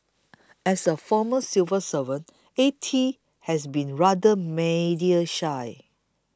as a former civil servant A T has been rather media shy